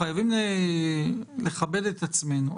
אנחנו חייבים לכבד את עצמנו.